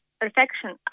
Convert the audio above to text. perfection